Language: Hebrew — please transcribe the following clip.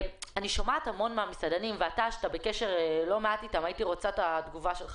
אני שומעת המון מהמסעדנים ואתה בקשר אתם והייתי רוצה את התגובה שלך